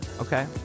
okay